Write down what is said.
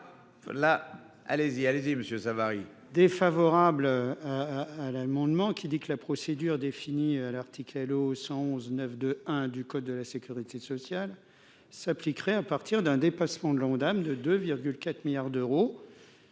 allez-y, allez-y Monsieur Savary